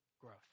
growth